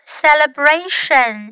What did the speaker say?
celebration